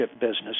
business